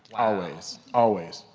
always, always